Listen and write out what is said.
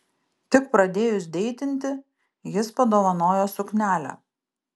tik pradėjus deitinti jis padovanojo suknelę